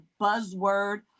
buzzword